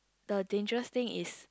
the dangerous thing is